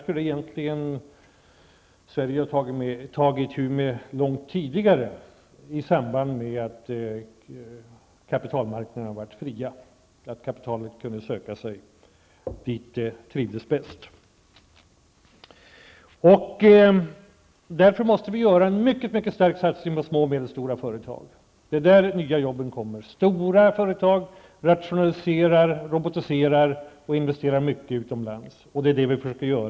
Sverige skulle ha behövt ta itu med detta långt tidigare i samband med att kapitalmarknaden blev fri och kapitalet kunde söka sig dit det trivs bäst. Vi måste därför göra en mycket stor satsning på små och medelstora företag. Det är där de nya jobben kommer att finnas. Stora företag rationaliserar, robotiserar och investerar mycket utomlands. Det är det vi försöker göra.